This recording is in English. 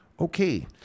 Okay